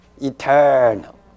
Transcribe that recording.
eternal